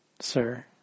sir